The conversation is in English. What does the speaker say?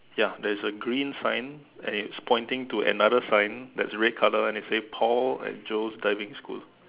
ya there is a green sign and it's pointing to another sign that's red colour and it says Paul and Joe's diving school